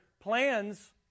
plans